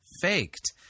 faked